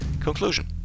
Conclusion